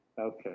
Okay